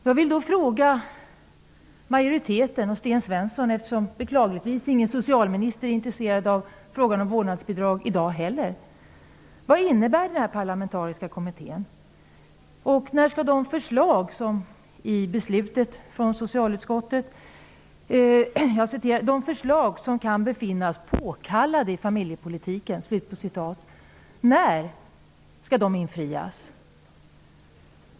Jag vill fråga majoriteten och Sten Svensson, eftersom, beklagligtvis, socialministern inte heller i dag är intresserad av frågan om vårdnadsbidrag: Vad innebär den parlamentariska kommittén och när skall, som det heter i socialutskottets beslut, ''de förslag som kan befinnas påkallade i familjepolitiken'' infrias?